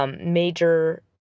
major